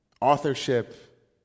authorship